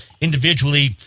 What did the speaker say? individually